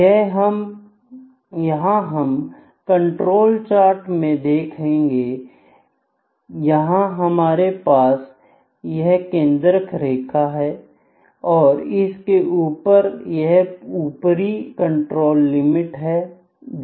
यह हम control chart में देखेंगे यहां हमारे पास यह केंद्रक रेखा है और इसके ऊपर यह ऊपरी कंट्रोल लिमिट है